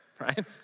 right